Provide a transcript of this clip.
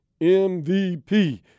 MVP